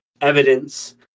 evidence